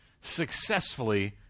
successfully